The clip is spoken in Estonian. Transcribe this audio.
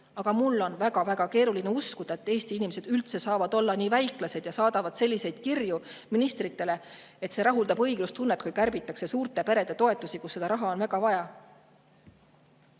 Aga mul on väga-väga keeruline uskuda, et Eesti inimesed üldse saavad olla nii väiklased ja saadavad selliseid kirju ministritele, et see rahuldab õiglustunnet, kui kärbitakse suurte perede toetusi, kus seda raha on väga vaja.